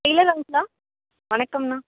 Taylor அங்கிளா வணக்கம்ண்ணா